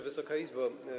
Wysoka Izbo!